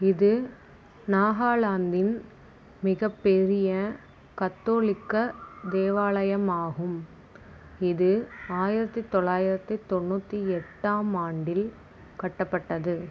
இது நாகாலாந்தின் மிகப்பெரிய கத்தோலிக்க தேவாலயமாகும் இது ஆயிரத்தி தொள்ளாயிரத்தி தொண்ணூற்றி எட்டாம் ஆண்டில் கட்டப்பட்டது